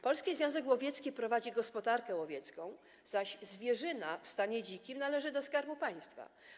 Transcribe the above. Polski Związek Łowiecki prowadzi gospodarkę łowiecką, zwierzyna zaś w stanie dzikim należy do Skarbu Państwa.